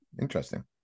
interesting